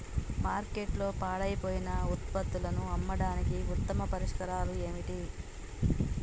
మార్కెట్లో పాడైపోయిన ఉత్పత్తులను అమ్మడానికి ఉత్తమ పరిష్కారాలు ఏమిటి?